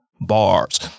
Bars